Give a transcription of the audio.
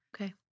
okay